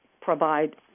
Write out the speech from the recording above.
provide